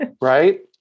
Right